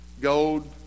gold